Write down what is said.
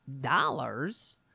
Dollars